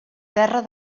terra